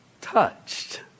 touched